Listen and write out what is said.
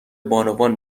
بانوان